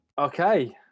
Okay